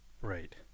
Right